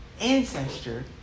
ancestor